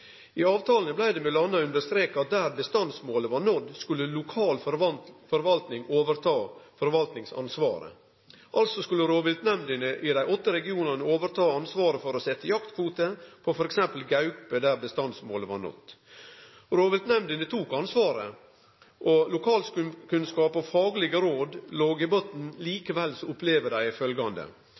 I avtalane blei det m.a. streka under at der bestandsmåla var nådde, skulle lokal forvalting overta forvaltingsansvaret. Altså skulle rovviltnemndene i dei åtte regionane overta ansvaret for å setje jaktkvotar på f.eks. gaupe, der bestandsmålet var nådd. Rovviltnemndene tok ansvaret, og lokalkunnskap og faglege råd låg i botnen. Likevel opplever dei